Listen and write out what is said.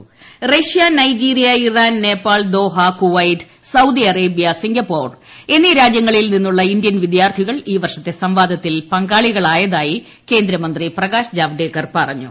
ര Russia Nigeria Iran Nepal Doha Kuwait Saudi Arabia Singapore എന്നീ രാജ്യങ്ങളിൽ നിന്നുള്ള ഇന്ത്യൻ വിദ്യാർത്ഥികൾ ഈ വർഷത്തെ സംവാദത്തിൽ പങ്കാളികളായതായി കേന്ദ്രമന്ത്രി പ്രകാശ് ജാവ്ദേക്കർ പറഞ്ഞു